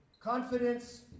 Confidence